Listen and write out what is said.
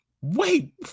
Wait